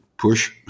push